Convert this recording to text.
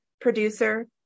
producer